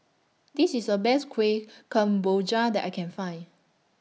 This IS A Best Kuih Kemboja that I Can Find